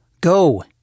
Go